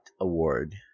Award